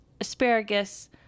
asparagus